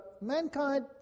mankind